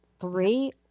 Three